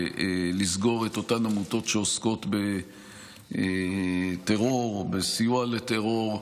ולסגור את אותן עמותות שעוסקות בטרור ובסיוע לטרור.